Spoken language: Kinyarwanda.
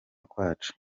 kwacu